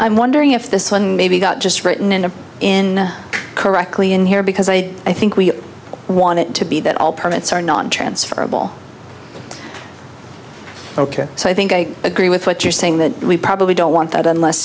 i'm wondering if this one maybe got just written in a in correctly in here because i i think we want it to be that all permits are not transferable ok so i think i agree with what you're saying that we probably don't want that unless